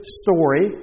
story